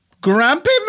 Grumpy